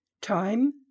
Time